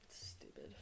Stupid